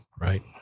right